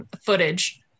footage